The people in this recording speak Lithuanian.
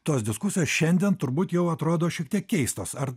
tos diskusijos šiandien turbūt jau atrodo šiek tiek keistos ar